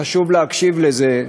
חשוב להקשיב לזה,